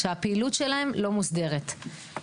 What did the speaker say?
שהפעילות שלהם לא מוסדרת.